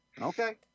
Okay